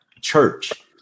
church